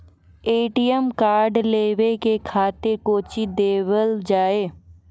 ATM card लेवे के खातिर कौंची देवल जाए?